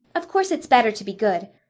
of course it's better to be good.